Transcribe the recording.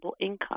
income